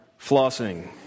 flossing